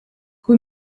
kui